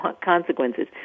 consequences